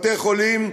בתי-חולים,